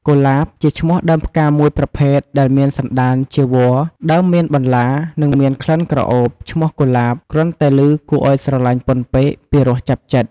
កុលាប ជាឈ្មោះដើមផ្កាមួយប្រភេទដែលមានសន្តានជាវល្លិ ដើមមានបន្លា និងមានក្លិនក្រអូប។ ឈ្មោះកុលាប គ្រាន់តែឮគួរឱ្យស្រឡាញ់ពន់ពេក ពីរោះចាប់ចិត្ត ។